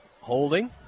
Holding